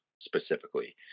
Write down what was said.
specifically